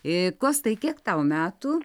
ir kostai kiek tau metų